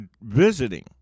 visiting